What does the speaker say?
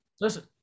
listen